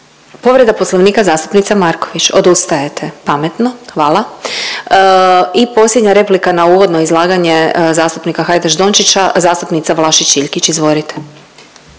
Povreda Poslovnika zastupnica Marković. Odustajete? Pametno. Hvala. I posljednja replika na uvodno izlaganje zastupnika Hajdaš-Dončića zastupnica Vlašić Iljkić, izvolite.